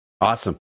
Awesome